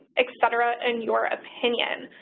etc. in your opinion?